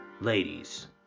ladies